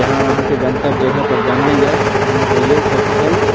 जहाँ अहाँकेँ गन्तव्य जगह पर जाना है अहाँ जइऔ सकुशल